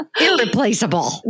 Irreplaceable